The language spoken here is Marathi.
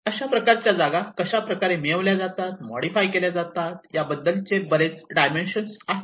अशाप्रकारच्या जागा कशा प्रकारे मिळवल्या जातात मॉडीफाय केल्या जातात या बद्दलचे बरेच डायमेन्शन आहेत